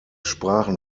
sprachen